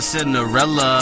Cinderella